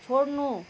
छोड्नु